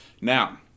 Now